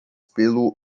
pelo